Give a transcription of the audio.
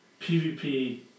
PvP